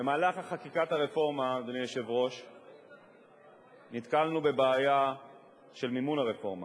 במהלך חקיקת הרפורמה נתקלנו בבעיה של מימון הרפורמה.